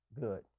good